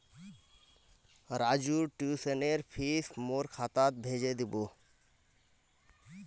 राजूर ट्यूशनेर फीस मोर खातात भेजे दीबो